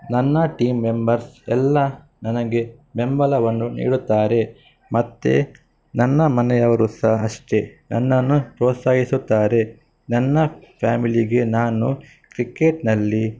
ನನ್ನ team members ಎಲ್ಲ ನನಗೆ ಬೆಂಬಲವನ್ನು ನೀಡುತ್ತಾರೆ ಮತ್ತು ನನ್ನ ಮನೆಯವರು ಸಹ ಅಷ್ಟೇ ನನ್ನನ್ನು ಪ್ರೋತ್ಸಾಹಿಸುತ್ತಾರೆ ನನ್ನ ಫ್ಯಾಮಿಲಿಗೆ ನಾನು ಕ್ರಿಕೆಟ್ನಲ್ಲಿ